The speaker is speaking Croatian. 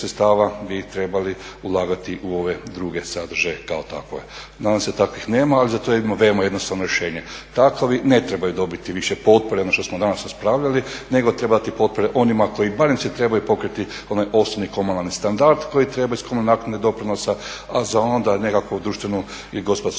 sredstava bi trebali ulagati u ove druge sadržaje kao takve. Nadam se da takvih nema ali zato imamo veoma jednostavno rješenje. Takvi ne trebaju dobiti više potpore, ono što smo danas raspravljali, nego treba dati potpore onima koji barem se trebaju pokriti onaj osnovni komunalni standard koji treba iz komunalne naknade i doprinosa a za onda nekakvu društvenu i gospodarsku